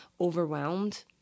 overwhelmed